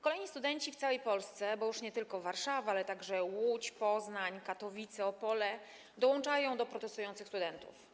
Kolejni studenci w całej Polsce, bo już chodzi nie tylko o Warszawę, ale także o Łódź, Poznań, Katowice, Opole, dołączają do protestujących studentów.